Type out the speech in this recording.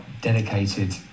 dedicated